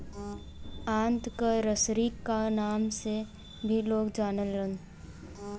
आंत क रसरी क नाम से भी लोग जानलन